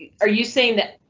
are you saying that?